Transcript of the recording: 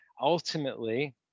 ultimately